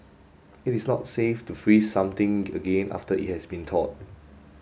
it is not safe to freeze something again after it has been thawed